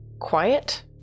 quiet